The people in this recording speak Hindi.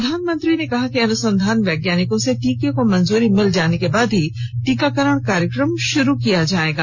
प्रधानमंत्री ने कहा कि अनुसंधान वैज्ञानिकों से टीके को मंजूरी मिल जाने के बाद ही टीकाकरण कार्यक्रम शुरू किया जायेगा